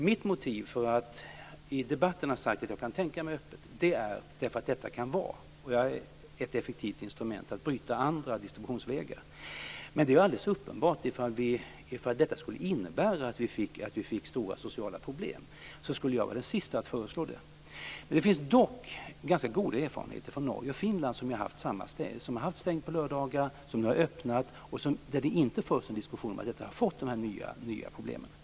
Mitt motiv för att i debatten säga att jag kan tänka mig lördagsöppet är att detta kan vara ett effektivt instrument att bryta andra distributionsvägar. Men om detta skulle innebära att vi fick stora sociala problem är det uppenbart att jag skulle vara den siste att föreslå det. Det finns dock ganska goda erfarenheter från Norge och Finland, som har haft stängt på lördagar och som nu har öppnat. Där har det inte förts någon diskussion om att detta har lett till dessa nya problem.